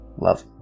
Love